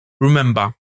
Remember